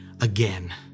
again